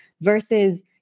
versus